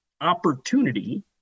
opportunity